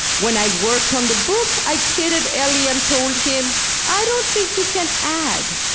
when i worked on the book, i kidded elie and told him i don't think you can add.